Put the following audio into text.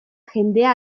jendea